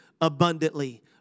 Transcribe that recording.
abundantly